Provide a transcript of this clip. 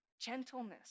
gentleness